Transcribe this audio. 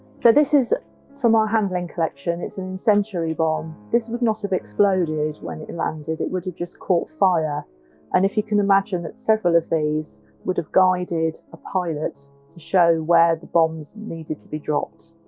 so this is from our handling collection it's an incendiary bomb. this would not have exploded when it landed it would have just caught fire and if you can imagine that several of these would have guided a pilot to show where the bombs needed to be dropped.